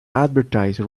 advertise